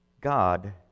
God